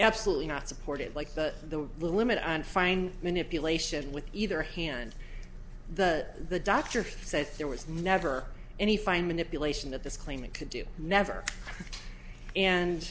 absolutely not supported like the limit and find manipulation with either hand the the doctor said there was never any fine manipulation of this claim and could do never and